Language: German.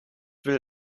will